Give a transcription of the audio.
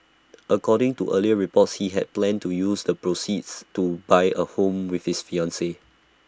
according to earlier reports he had planned to use the proceeds to buy A home with his fiancee